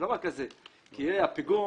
אם הפיגום